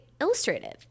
illustrative